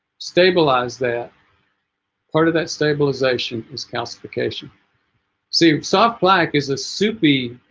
stabilize that part of that stabilization is calcification see soft plaque is a soupy